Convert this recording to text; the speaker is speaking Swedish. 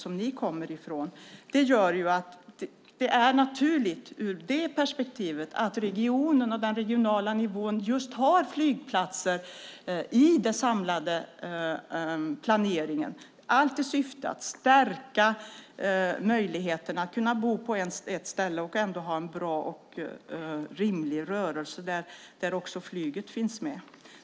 Ur det perspektivet är det naturligt att regionen och den regionala nivån har flygplatser i den samlade planeringen - allt i syfte att stärka möjligheten att kunna bo på ett ställe och ha en bra och rimlig rörelse där också flyget finns med.